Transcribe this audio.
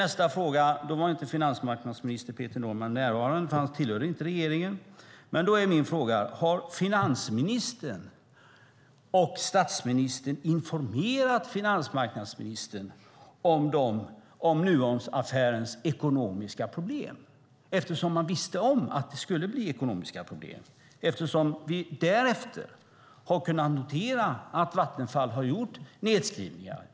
Då var inte finansmarknadsminister Peter Norman närvarande, eftersom han inte tillhörde regeringen, och då är min fråga: Har finansministern och statsministern informerat finansmarknadsministern om Nuonaffärens ekonomiska problem, eftersom man visste om att det skulle bli ekonomiska problem? Vi har därefter kunnat notera att Vattenfall har gjort nedskrivningar.